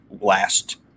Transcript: last